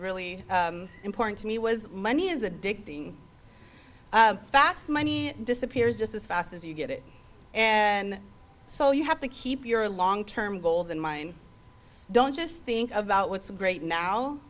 really important to me was money is addicting fast money disappears just as fast as you get it and so you have to keep your long term goals in mind don't just think about what's great now